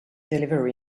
delivery